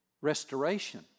restoration